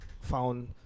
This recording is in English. Found